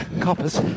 coppers